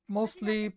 mostly